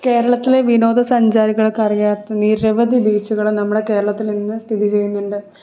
കേരളത്തിലെ വിനോദ സഞ്ചാരികൾക്കറിയാത്ത നിരവധി ബീച്ചുകൾ നമ്മുടെ കേരളത്തിലിന്ന് സ്ഥിതി ചെയ്യുന്നുണ്ട്